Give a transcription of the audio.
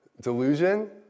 delusion